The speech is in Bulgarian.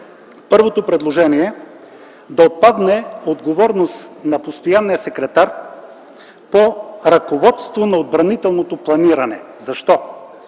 Първото предложение е да отпадне отговорността на постоянния секретар по ръководство на отбранителното планиране. Защо?